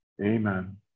Amen